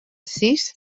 sis